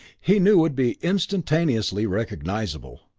he knew, would be instantaneously recognizable.